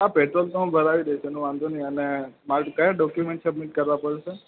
હા પેટ્રોલ તો હું ભરાવી દઈશ એનો વાંધો નહીં અને માર કયા ડોક્યુમેન્ટ સબમિટ કરવા પડશે